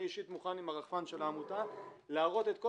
אני אישית מוכן עם הרחפן של העמותה להראות את כל